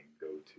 go-to